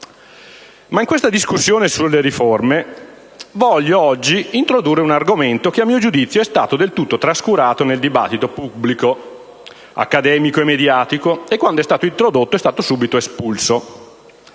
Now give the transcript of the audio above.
In questa discussione sulle riforme, voglio oggi introdurre un argomento che, a mio giudizio, è stato del tutto trascurato nel dibattito pubblico, accademico e mediatico e, quando è stato introdotto, è stato subito espulso.